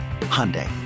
Hyundai